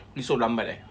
you so lambat eh